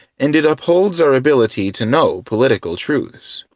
and it upholds our ability to know political truths.